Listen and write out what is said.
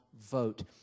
vote